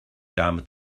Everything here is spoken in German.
dame